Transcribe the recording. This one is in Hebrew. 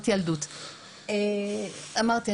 אמרתי,